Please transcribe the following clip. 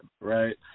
right